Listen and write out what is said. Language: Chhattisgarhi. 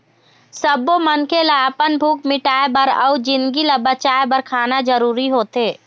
सब्बो मनखे ल अपन भूख मिटाउ बर अउ जिनगी ल बचाए बर खाना जरूरी होथे